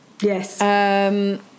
Yes